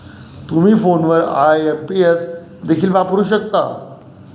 तुम्ही फोनवर आई.एम.पी.एस देखील वापरू शकता